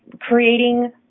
creating